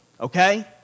okay